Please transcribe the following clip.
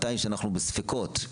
מתי שאנחנו בספקות,